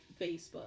Facebook